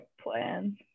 plan